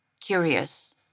curious